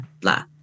blah